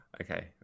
Okay